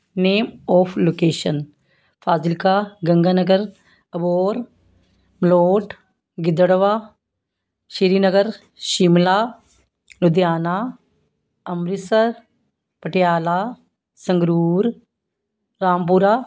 name of location Fazilka Ganga Nagar Abohar Malout Gidderbaha Srinagar Shimla Ludhiana Amritsar Patiala Sangrur Rampura